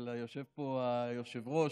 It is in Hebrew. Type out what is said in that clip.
אבל יושב פה היושב-ראש,